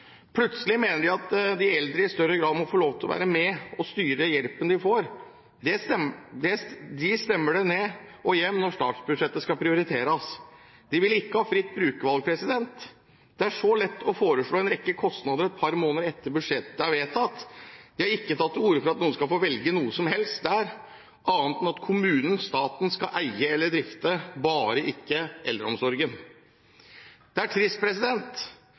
Plutselig mener de at de eldre i større grad må få lov til å være med og styre hjelpen de får. De stemmer det ned når statsbudsjettet skal prioriteres. De vil ikke ha fritt brukervalg. Det er så lett å foreslå en rekke utgifter et par måneder etter at budsjettet er vedtatt. Det er ikke tatt til orde for at noen skal få velge noe som helst, der, annet enn at kommunen og staten skal eie eller drifte – bare ikke eldreomsorgen. Det er trist